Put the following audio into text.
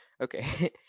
okay